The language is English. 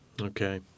Okay